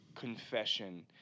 confession